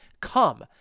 Come